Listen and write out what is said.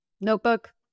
notebook